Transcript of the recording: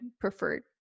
preferred